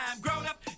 Grown-up